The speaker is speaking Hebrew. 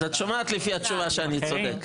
אז את שומעת לפי התשובה שאני צודק.